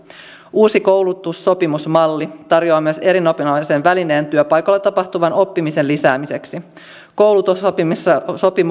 uusi koulutussopimusmalli tarjoaa myös erinomaisen välineen työpaikoilla tapahtuvan oppimisen lisäämiseksi koulutussopimuksella